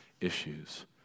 issues